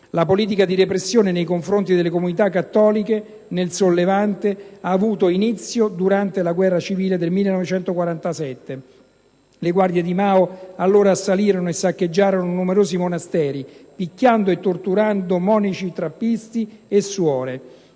La politica di repressione nei confronti delle comunità cattoliche nella Repubblica popolare cinese ha avuto inizio durante la guerra civile del 1947. Le guardie di Mao, all'epoca, assalirono numerosi monasteri, picchiando e torturando monaci trappisti e suore.